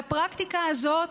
והפרקטיקה הזאת